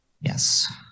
Yes